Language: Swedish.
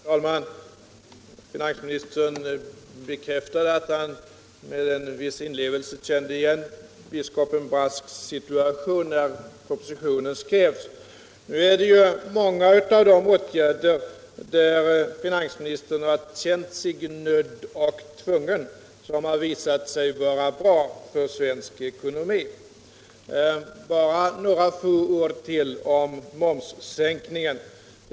Herr talman! Finansministern bekräftade att när propositionen skrevs kände han med en viss inlevelse igen biskopen Brasks situation. Emellertid har många av de åtgärder som finansministern känt sig nödd och tvungen till visat sig vara bra för svensk ekonomi. Bara några ord till om momssänkningen!